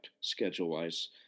schedule-wise